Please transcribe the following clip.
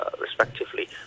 respectively